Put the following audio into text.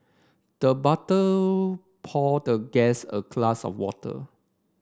the butler poured the guest a glass of water